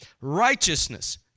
righteousness